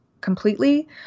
completely